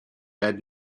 had